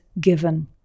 given